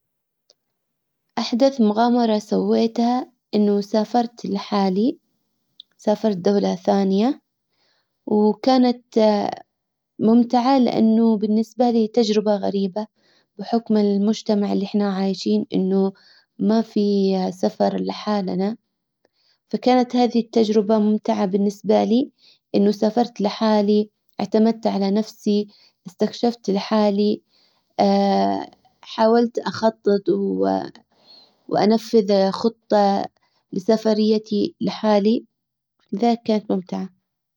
احدث مغامرة سويتها انه سافرت لحالي سافرت دولة ثانية وكانت ممتعة لإنه بالنسبة لي تجربة غريبة بحكم المجتمع اللي احنا عايشين انه ما في سفر لحالنا فكانت هذه التجربة ممتعة بالنسبة لي انه سافرت لحالي اعتمدت على نفسي استكشفت لحالي حاولت اخطط وانفذ خطة لسفريتي لحالي ذاك كانت ممتعة.